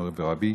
מורי ורבי,